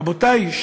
רבותי,